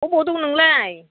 बबेयाव दं नोंलाय